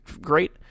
Great